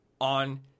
on